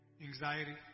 anxiety